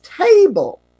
table